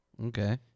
Okay